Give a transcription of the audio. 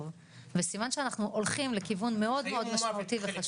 וסימן שאנחנו הולכים לכיוון מאוד משמעותי וחשוב.